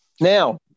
Now